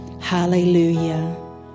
Hallelujah